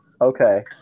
Okay